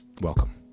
welcome